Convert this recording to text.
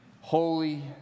holy